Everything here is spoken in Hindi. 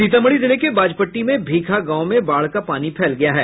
सीतामढ़ी जिले के बाजपट्टी में भीखा गांव में बाढ़ का पानी फैल गया है